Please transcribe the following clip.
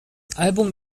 album